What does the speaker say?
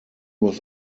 was